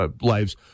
lives